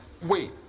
Wait